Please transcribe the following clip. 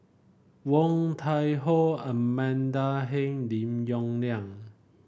Woon Tai Ho Amanda Heng Lim Yong Liang